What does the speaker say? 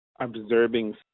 observing